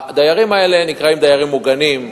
הדיירים האלה נקראים דיירים מוגנים.